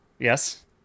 Yes